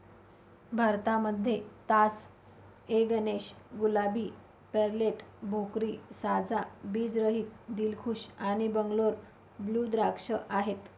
भारतामध्ये तास ए गणेश, गुलाबी, पेर्लेट, भोकरी, साजा, बीज रहित, दिलखुश आणि बंगलोर ब्लू द्राक्ष आहेत